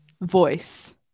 voice